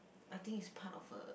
I think is part of a